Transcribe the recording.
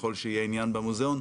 ככול שיהיה עניין במוזיאון,